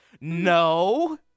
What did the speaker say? No